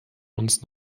uns